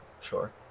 sure